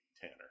Tanner